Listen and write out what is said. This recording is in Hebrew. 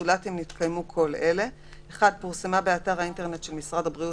זולת אם יתקיימו כל אלה: (1) פורסמה באתר האינטרנט של משרד הבריאות